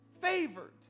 favored